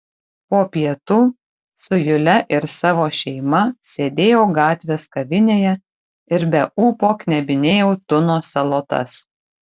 po pietų su jule ir savo šeima sėdėjau gatvės kavinėje ir be ūpo knebinėjau tuno salotas